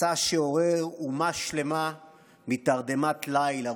מסע שעורר אומה שלמה מתרדמת ליל ארוכה.